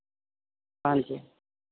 ਹਾਂਜੀ